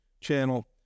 channel